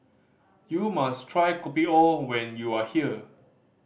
you must try Kopi O when you are here